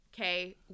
Okay